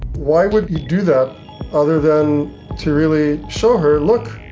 why would you do that other than to really show her, look,